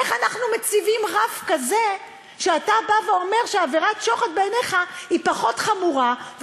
איך אנחנו מציבים רף כזה כשאתה אומר שעבירת שוחד בעיניך היא חמורה פחות,